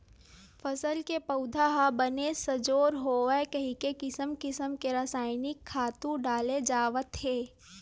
फसल के पउधा ह बने सजोर होवय कहिके किसम किसम के रसायनिक खातू डाले जावत हे